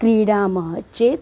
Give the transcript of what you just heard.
क्रीडामः चेत्